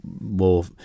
more